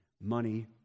money